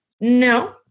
No